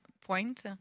point